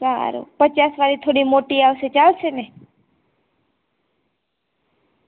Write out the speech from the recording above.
સારું પચાસવાળી થોડી મોટી આવશે ચાલશે ને